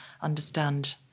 understand